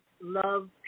love